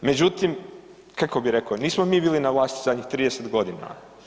Međutim, kako bih rekao, nismo mi bili na vlasti zadnjih 30 godina.